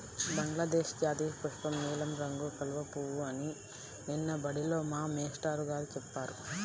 బంగ్లాదేశ్ జాతీయపుష్పం నీలం రంగు కలువ పువ్వు అని నిన్న బడిలో మా మేష్టారు గారు చెప్పారు